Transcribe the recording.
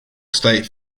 state